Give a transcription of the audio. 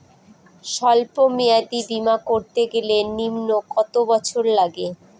সল্প মেয়াদী বীমা করতে গেলে নিম্ন কত বছর লাগে?